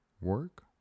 Work